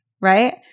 right